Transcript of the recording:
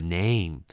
name